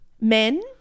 Men